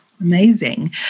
Amazing